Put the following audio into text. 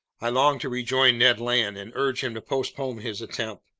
i longed to rejoin ned land and urge him to postpone his attempt.